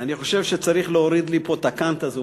אני חושב שצריך להוריד לי פה את הקאנט הזה.